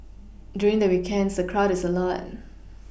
during the weekends the crowd is a lot